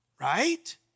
Right